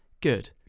good